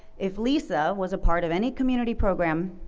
if lisa was a part of any community program,